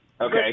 Okay